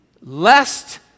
Lest